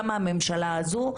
גם הממשלה הזו.